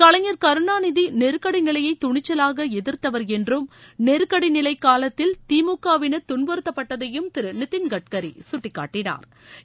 கலைஞர் கருணாநிதி நெருக்கடி நிலையை துணிச்சவாக எதிர்த்தவர் என்றும் நெருக்கடி நிலை காலத்தில் திமுக வினா் துன்புறுத்தப்பட்டதையும் திரு நிதின்கட்கரி சுட்டிக்காட்டினாா்